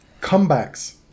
Comebacks